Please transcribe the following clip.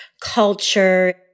culture